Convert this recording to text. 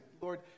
Lord